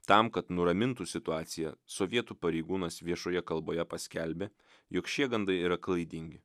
tam kad nuramintų situaciją sovietų pareigūnas viešoje kalboje paskelbė jog šie gandai yra klaidingi